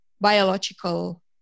biological